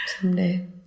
someday